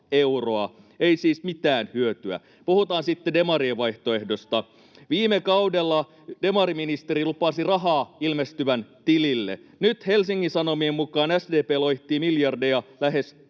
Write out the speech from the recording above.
Ei siis mitään hyötyä. Puhutaan sitten demarien vaihtoehdosta. [Pia Viitasen välihuuto] Viime kaudella demariministeri lupasi rahaa ilmestyvän tilille. Nyt Helsingin Sanomien mukaan SDP loihtii miljardeja lähes